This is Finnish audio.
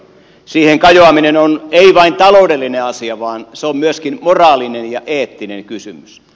siihen kajoaminen on ei vain taloudellinen asia vaan se on myöskin moraalinen ja eettinen kysymys